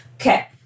Okay